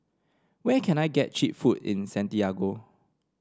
where can I get cheap food in Santiago